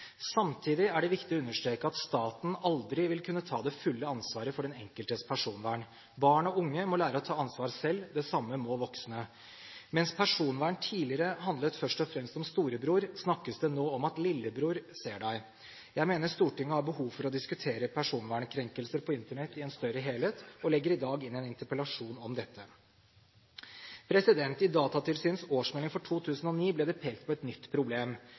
Samtidig er det viktig å understreke at staten aldri vil kunne ta det fulle ansvaret for den enkeltes personvern. Barn og unge må lære å ta ansvar selv, det samme må voksne. Mens personvern tidligere først og fremst handlet om storebror, snakkes det nå om at lillebror ser deg. Jeg mener Stortinget har behov for å diskutere personvernkrenkelser på Internett i en større helhet, og legger i dag inn en interpellasjon om dette. I Datatilsynets årsmelding for 2009 ble det pekt på et nytt problem: